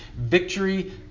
Victory